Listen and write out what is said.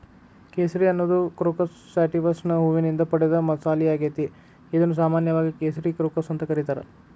ಕೇಸರಿ ಅನ್ನೋದು ಕ್ರೋಕಸ್ ಸ್ಯಾಟಿವಸ್ನ ಹೂವಿನಿಂದ ಪಡೆದ ಮಸಾಲಿಯಾಗೇತಿ, ಇದನ್ನು ಸಾಮಾನ್ಯವಾಗಿ ಕೇಸರಿ ಕ್ರೋಕಸ್ ಅಂತ ಕರೇತಾರ